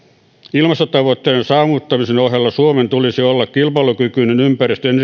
ilmastotavoitteiden saavuttamisen ohella suomen tulisi olla kilpailukykyinen